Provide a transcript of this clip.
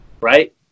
right